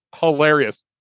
hilarious